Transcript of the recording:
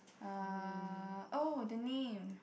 uh oh the name